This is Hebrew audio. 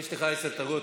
יש לך עשר דקות.